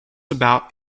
about